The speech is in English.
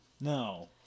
No